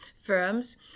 firms